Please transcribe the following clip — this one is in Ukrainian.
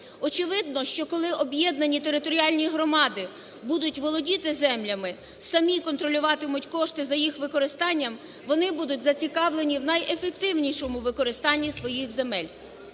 Очевидно, що коли об'єднані територіальні громади будуть володіти землями, самі контролюватимуть кошти за їх використання, вони будуть зацікавлені в найефективнішому використанні своїх земель.